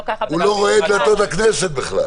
זו המלצה של ועדה משותפת למליאה.